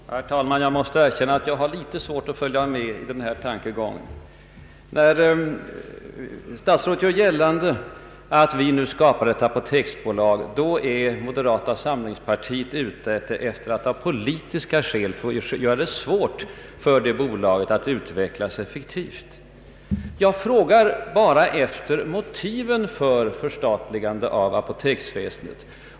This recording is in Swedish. Herr talman! Jag måste erkänna att jag har litet svårt att följa statsrådets tankegång. Herr Aspling gör gällande att när man nu bestämt sig för att skapa ett apoteksbolag är moderata samlingspartiet ute efter att av politiska skäl göra det svårt för bolaget att utveckla sig effektivt. Så förhåller det sig naturligtvis inte. Vad jag här har frågat efter är de sakliga motiven för förstatligandet av apoteksväsendet.